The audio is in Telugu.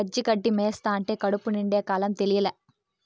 పచ్చి గడ్డి మేస్తంటే కడుపు నిండే కాలం తెలియలా